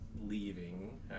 leaving